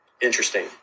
Interesting